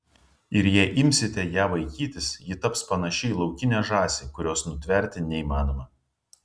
ir jei imsite ją vaikytis ji taps panaši į laukinę žąsį kurios nutverti neįmanoma